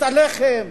את הלחם,